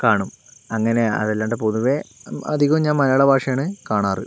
കാണും അങ്ങനെ അതല്ലാണ്ട് പൊതുവെ അധികവും ഞാൻ മലയാള ഭാഷയാണ് കാണാറ്